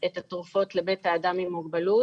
את התרופות לבית האדם עם מוגבלות.